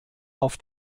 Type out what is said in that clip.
auf